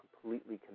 completely